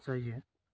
जायो